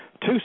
Two